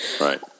Right